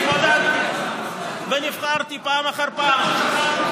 והתמודדתי ונבחרתי פעם אחר פעם,